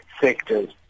sectors